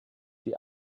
die